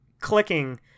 clicking